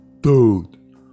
Dude